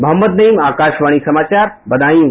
मुहम्मद नईम आकाशवाणी समाचार बदायूं